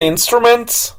instruments